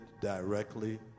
directly